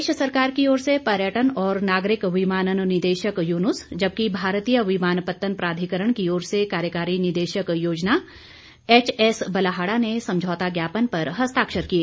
प्रदेश सरकार की ओर से पर्यटन और नागरिक विमानन निदेशक यूनुस जबकि भारतीय विमानपत्तन प्राधिकरण की ओर से कार्यकारी निदेशक योजना एचएस बलहाड़ा ने समझौता ज्ञापन पर हस्ताक्षर किए